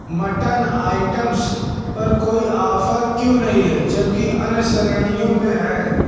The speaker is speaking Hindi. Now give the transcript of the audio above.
मट्टन आइटम्स पर कोई ऑफर क्यों नहीं है जबकि अन्य श्रेणियों में है